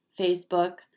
Facebook